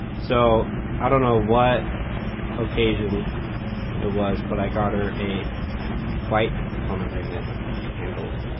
so i don't know what occasion it was, but i got her a white pomegranate candle.